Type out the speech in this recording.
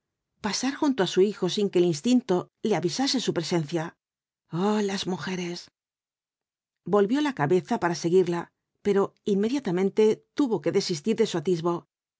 pasar junto á su hijo sin que el instinto le avisase su presencia ah las mujeres volvió la cabeza para seguirla pero inmediatamente tuvo que desistir de su atisbo